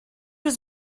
was